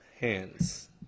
hands